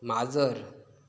माजर